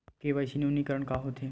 KYC नवीनीकरण का होथे?